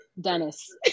Dennis